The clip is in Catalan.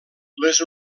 les